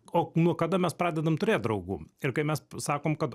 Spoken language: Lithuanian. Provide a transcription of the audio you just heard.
o nuo kada mes pradedam turėt draugų ir kai mes sakom kad